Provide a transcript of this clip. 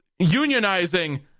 unionizing